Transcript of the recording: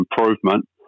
improvement